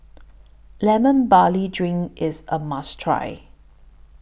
Lemon Barley Drink IS A must Try